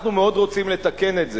אנחנו מאוד רוצים לתקן את זה,